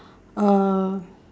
uh